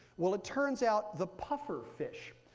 well, it turns out the puffer fish,